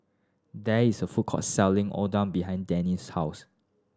there is a food court selling Oden behind Denny's house